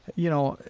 you know,